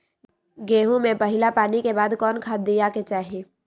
गेंहू में पहिला पानी के बाद कौन खाद दिया के चाही?